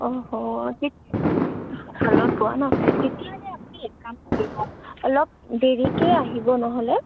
অ'হ' শালত বোৱা ন' তেতিয়াহ'লে আপুনি এক কাম কৰিব অলপ দেৰিকৈয়ে আহিব নহ'লে